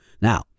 Now